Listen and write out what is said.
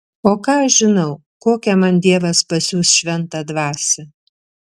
o ką aš žinau kokią man dievas pasiųs šventą dvasią